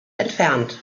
entfernt